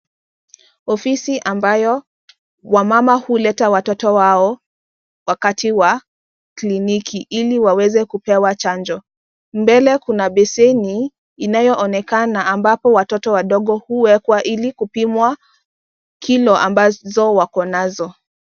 Ofisi ambayo wamama huleta watoto wao wakati wa kliniki ili waweze kupewa chanjo. Mbele kuna beseni inayoonekana ambapo watoto wadogo huwekwa ili kupimwa kilo ambazo wako nazo.